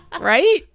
Right